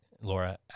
Laura